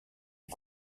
est